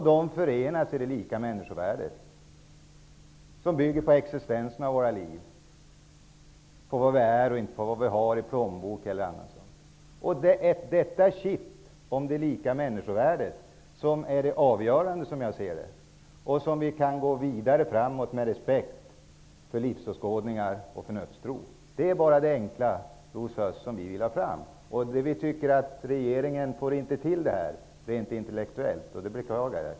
De förenas i det lika människovärdet, som bygger på existensen av våra liv, på vad vi är och inte på vad vi har i plånboken eller någon annanstans. Det är detta kitt, om det lika människovärdet, som är det avgörande, som jag ser det, för att vi skall kunna gå vidare framåt med respekt för livsåskådningar och förnuftstro. Det är bara det enkla, Rosa Östh, som vi vill ha fram. Vi tycker inte att regeringen får till det här rent intellektuellt, och det beklagar jag.